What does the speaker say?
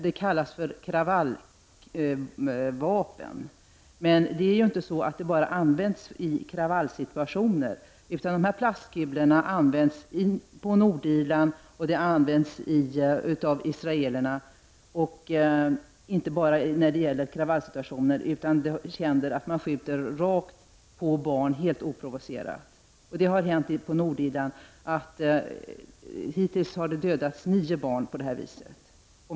Detta kallas för kravallvapen. Det används dock inte bara i kravallsituationer. De här plastkulorna används på Nordirland och av israelerna inte bara i kravallsituationer. Det händer att man skjuter helt oprovocerat på barn. På Nordirland har hittills nio barn dödats på det här viset.